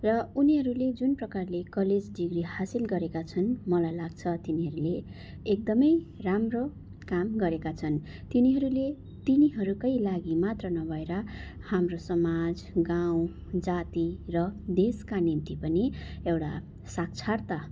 र उनीहरूले जुन प्रकारले कलेज डिग्री हासिल गरेका छन् मलाई लाग्छ तिनीहरूले एकदमै राम्रो काम गरेका छन् तिनीहरूले तिनीहरूकै लागि मात्र नभएर हाम्रो समाज गाउँ जाति र देशका निम्ति पनि एउटा साक्षरता